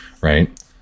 right